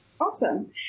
Awesome